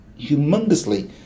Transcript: humongously